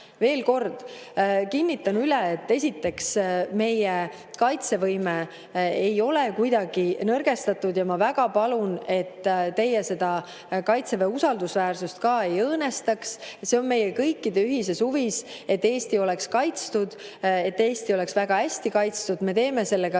Veel kord kinnitan üle, et esiteks ei ole meie kaitsevõime kuidagi nõrgestatud. Ma väga palun, et ka teie Kaitseväe usaldusväärsust ei õõnestaks. See on meie kõikide ühine huvi, et Eesti oleks kaitstud, et Eesti oleks väga hästi kaitstud. Me teeme sellega